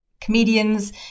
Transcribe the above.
comedians